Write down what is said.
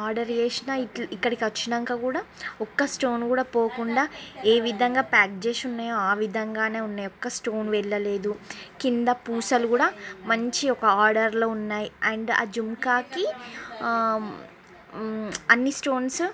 order చేసినా ఇక్కడికి వచ్చాక కూడా ఒక్క స్టోన్ కూడా పోకుండా ఏ విధంగా ప్యాక్ చేసి ఉన్నాయో ఆ విధంగానే ఉన్నాయి ఒక్క స్టోన్ వెళ్ళలేదు క్రింద పూసలు కూడా మంచి ఒక ఆర్డర్లో ఉన్నాయి అండ్ ఆ జుంకాకి ఆ అన్ని స్టోన్స్